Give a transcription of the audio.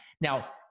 Now